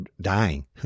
dying